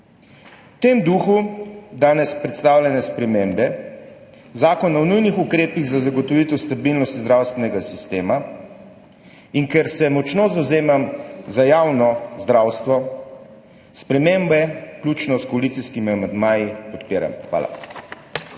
V tem duhu danes predstavljene spremembe Zakona o nujnih ukrepih za zagotovitev stabilnosti zdravstvenega sistema, in ker se močno zavzemam za javno zdravstvo, spremembe, vključno s koalicijskimi amandmaji, podpiram. Hvala.